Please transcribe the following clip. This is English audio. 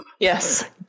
Yes